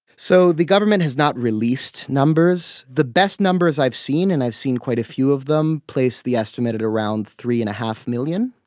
so the government has not released numbers. the best numbers i've seen, and i've seen quite a few of them, place the estimate at around three. and five million,